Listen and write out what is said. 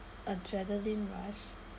adrenaline rush